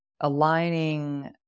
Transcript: aligning